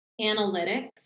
analytics